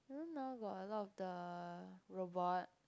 you know now got a lot of the robot